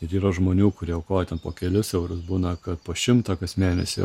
ir yra žmonių kurie aukoja ten po kelis eurus būna kad po šimtą kas mėnesį